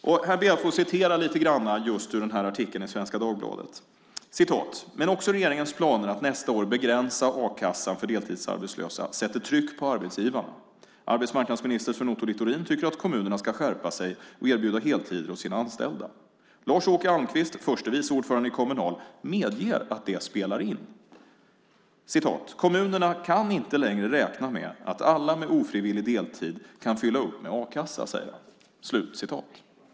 Här ber jag att få citera lite grann ur just den här artikeln i Svenska Dagbladet: "Men också regeringens planer att nästa år begränsa a-kassan för deltidsarbetslösa sätter tryck på arbetsgivarna. Arbetsmarknadsminister Sven Otto Littorin tycker att kommunerna ska skärpa sig och erbjuda heltider åt sina anställda. Lars-Åke Almqvist, förste vice ordförande i Kommunal, medger att det spelar in. - Kommunerna kan inte längre räkna med att alla med ofrivillig deltid kan fylla upp med a-kassa, säger han."